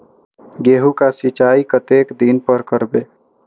गेहूं का सीचाई कतेक दिन पर करबे?